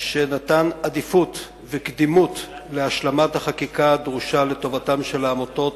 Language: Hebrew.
שנתן עדיפות וקדימות להשלמת החקיקה הדרושה לטובתן של העמותות,